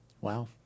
wow